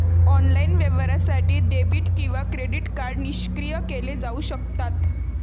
online व्यवहारासाठी debit किंवा credit card निष्क्रिय केले जाऊ शकतात